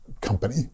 company